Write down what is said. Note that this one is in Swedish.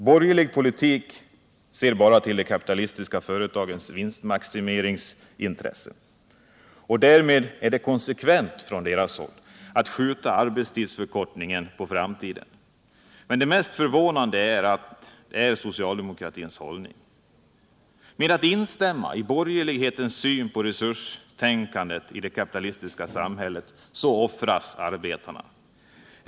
Borgerlig politik ser bara till de kapitalistiska företagens vinstmaximeringsintressen. Därmed är det konsekvent av dem att skjuta arbetstidsförkortningen på framtiden. Det mest förvånande är att detta är socialdemokratins hållning. Genom instämmandet i borgerlighetens syn på resurstänkandet i det kapitalistiska samhället offras arbetarna.